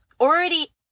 already